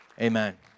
Amen